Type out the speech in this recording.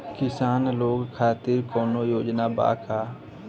किसान लोग खातिर कौनों योजना बा का?